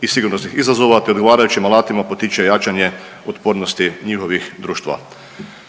i sigurnosnih izazova te odgovarajućim alatima potiče jačanje otpornosti njihovih društava.